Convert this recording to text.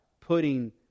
putting